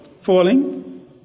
Falling